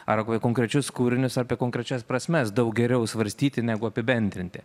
ar kokia konkrečius kūrinius apie konkrečias prasmes daug geriau svarstyti negu apibendrinti